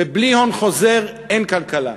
ובלי הון חוזר אין כלכלה.